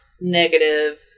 negative